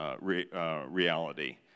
reality